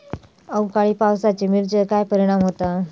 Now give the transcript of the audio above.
अवकाळी पावसाचे मिरचेर काय परिणाम होता?